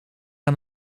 aan